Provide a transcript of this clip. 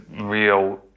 real